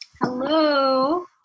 Hello